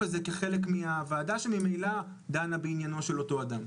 הזה כחלק מהוועדה שממילא דנה בעניינו של אותו אדם.